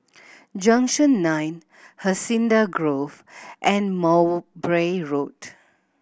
Junction Nine Hacienda Grove and Mowbray Road